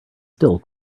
still